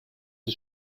sie